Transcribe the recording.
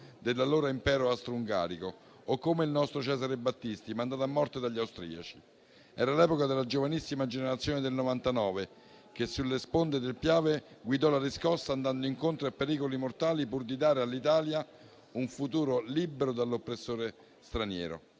dell'allora Impero austro-ungarico, o come il nostro Cesare Battisti, mandato a morte dagli austriaci. Era l'epoca della giovanissima generazione del 1899, che sulle sponde del Piave guidò la riscossa, andando incontro a pericoli mortali pur di dare all'Italia un futuro libero dall'oppressore straniero.